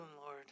Lord